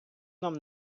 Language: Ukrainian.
нам